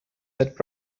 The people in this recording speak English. that